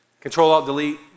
Control-Alt-Delete